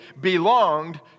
belonged